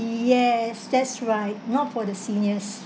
yes that's right not for the seniors